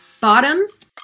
Bottoms